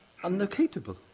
unlocatable